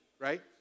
right